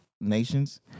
nations